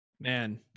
Man